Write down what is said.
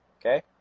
Okay